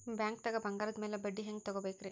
ಬ್ಯಾಂಕ್ದಾಗ ಬಂಗಾರದ್ ಮ್ಯಾಲ್ ಬಡ್ಡಿ ಹೆಂಗ್ ತಗೋಬೇಕ್ರಿ?